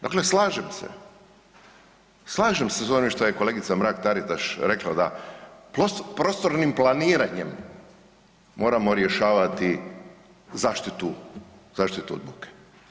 Dakle, slažem se, slažem s ovim što je kolegica Mrak Taritaš rekla da prostornim planiranjem moramo rješavati zaštitu, zaštitu od buke.